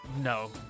No